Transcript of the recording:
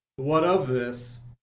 what of this?